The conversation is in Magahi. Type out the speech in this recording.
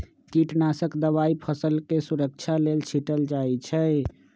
कीटनाशक दवाई फसलके सुरक्षा लेल छीटल जाइ छै